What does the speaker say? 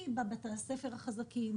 כי בבתי הספר החזקים,